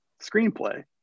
screenplay